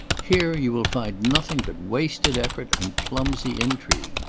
here you will find nothing but wasted effort and clumsy intrigue.